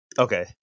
Okay